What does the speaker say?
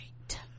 right